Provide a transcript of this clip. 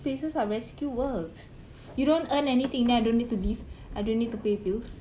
places are rescue works you don't earn anything then I don't need to live I don't need to pay bills